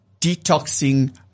detoxing